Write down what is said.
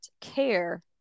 care